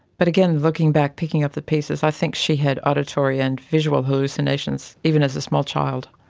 but again, looking back, picking up the pieces, i think she had auditory and visual hallucinations, even as a small child.